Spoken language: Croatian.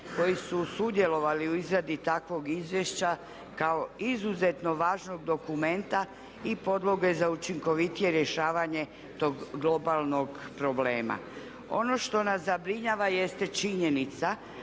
koji su sudjelovali u izradi takvog izvješća kao izuzetno važnog dokumenta i podloge za učinkovitije rješavanje tog globalnog problema. Ono što nas zabrinjava jeste činjenica